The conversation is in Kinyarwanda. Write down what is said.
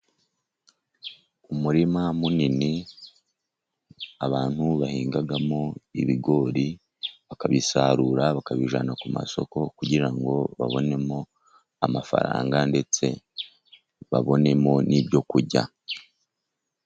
Umurima munini abantu bahingamo ibigori, bakabisarura bakabijyana ku masoko, kugira ngo babonemo amafaranga ndetse babonemo n'ibyo kurya.